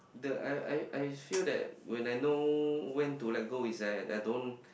the I I I feel that when I know when to let go is that I don't